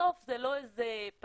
בסוף זה לא איזה פטנט